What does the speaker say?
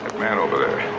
man over there.